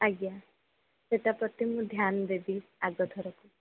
ଆଜ୍ଞା ସେଇଟା ପ୍ରତି ମୁଁ ଧ୍ୟାନ ଦେବି ଆଗ ଥରକୁ